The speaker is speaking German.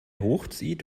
hochzieht